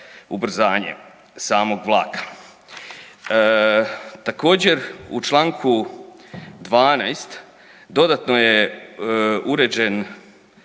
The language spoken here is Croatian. ubrzanje samog vlaka. Također u čl. 12. dodatno je uređen